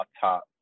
top